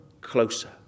closer